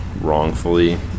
wrongfully